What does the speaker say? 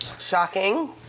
Shocking